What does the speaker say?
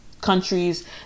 countries